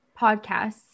podcasts